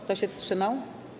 Kto się wstrzymał?